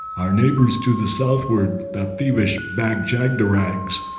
our neighbors to the southward, the thievish bag-jagderags,